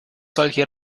solche